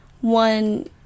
one